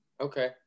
Okay